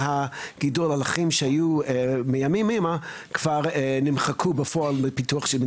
להקים שמורת טבע שתמשוך אליה ציפורים?